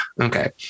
Okay